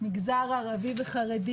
במגזר הערבי והחרדי.